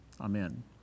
Amen